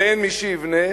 ואין מי שיבנה,